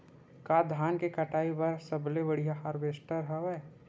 का धान के कटाई बर सबले बढ़िया हारवेस्टर हवय?